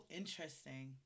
interesting